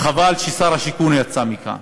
חבל ששר השיכון יצא מכאן,